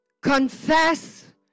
confess